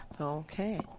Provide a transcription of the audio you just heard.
okay